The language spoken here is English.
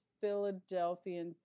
Philadelphia